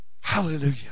Hallelujah